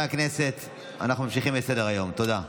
תודה.